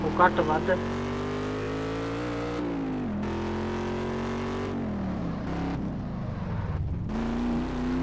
कोई घट्ट बद्ध